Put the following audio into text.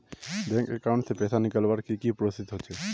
Bank account से पैसा निकालवर की की प्रोसेस होचे?